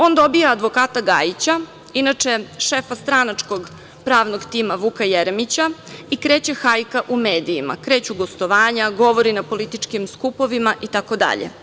On dobija advokata Gajića, inače šefa stranačkog pravnog tima Vuka Jeremića i kreće hajka u medijama, kreću gostovanja, govori na političkim skupovima itd.